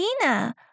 Dina